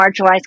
marginalized